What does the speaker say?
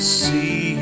see